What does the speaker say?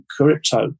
Crypto